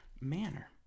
manner